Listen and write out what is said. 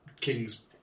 King's